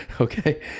Okay